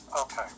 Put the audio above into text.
Okay